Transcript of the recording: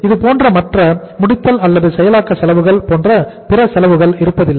இதுபோன்று மற்ற முடித்தல் அல்லது செயலாக்க செலவுகள் போன்ற பிற செலவுகள் இருப்பதில்லை